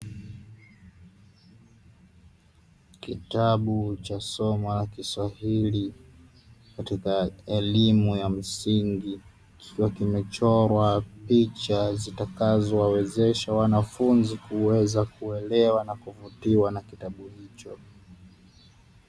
Kitabu cha somo la kiswahili katika elimu ya msingi, kikiwa kimechorwa picha zitakazowawezesha wanafunzi kuweza kuelewa na kuvutiwa na kitabu hicho.